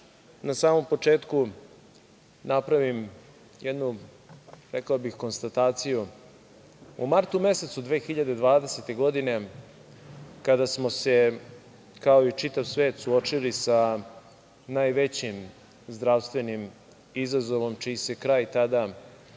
na samom početku napravim jednu konstataciju. U martu mesecu 2020. godine, kada smo se, kao i čitav svet, suočili sa najvećim zdravstvenim izazovom, čiji se kraj tada,